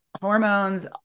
hormones